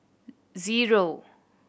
zero